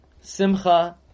Simcha